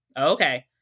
Okay